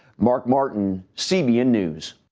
mark martin, cbn news.